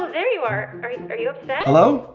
there you are. are are you upset? hello.